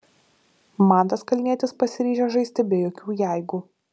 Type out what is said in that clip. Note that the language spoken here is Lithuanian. mantas kalnietis pasiryžęs žaisti be jokių jeigu